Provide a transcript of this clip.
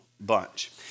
bunch